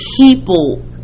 people